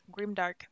grimdark